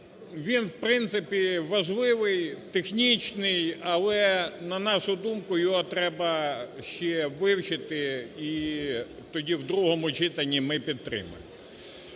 Він, в принципі, важливий технічний, але на нашу думку, його треба ще вивчити, і тоді в другому читанні ми підтримаємо.